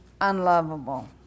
unlovable